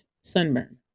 Sunburn